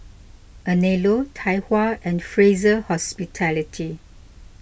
Anello Tai Hua and Fraser Hospitality